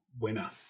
winner